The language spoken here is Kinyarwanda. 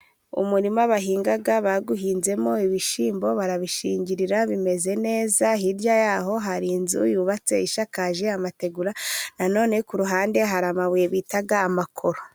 Umurima bahinga bawuhinzemo ibishyimbo barabishingirira bimeze neza, hirya y'aho hari inzu yubatse isakaje amategura, nanone ku ruhande hari amabuye bita amakoro.